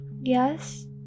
Yes